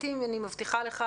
אני מבטיחה שאחזור אליך,